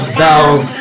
bells